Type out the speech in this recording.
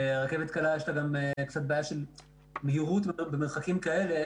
לרכבת הקלה יש גם קצת בעיה של מהירות במרחקים כאלה.